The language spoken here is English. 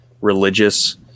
religious